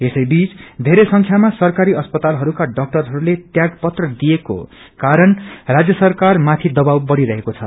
यसै बीच धेरै संख्यामा अस्पतालहरूका डाक्टरहरूले त्याग पत्र दिएको कारण राज्य सरकारमाथि दबाव बढ़िरजहेको छ